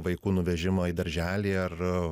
vaikų nuvežimo į darželį ar